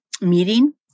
meeting